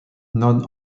none